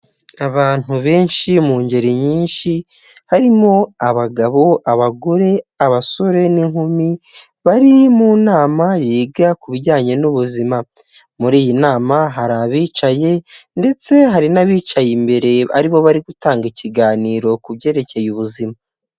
Abantu benshi mu ngeri nyinshi, harimo abagabo, abagore, abasore n'inkumi, bari mu nama yiga ku bijyanye n'ubuzima, muri iyi nama hari abicaye ndetse hari n'abicaye imbere ari bo bari gutanga ikiganiro ku byerekeye ubuzima.